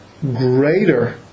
greater